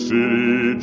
City